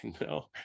no